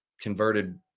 converted